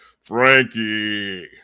Frankie